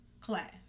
class